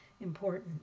important